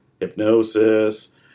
hypnosis